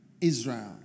Israel